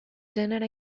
gènere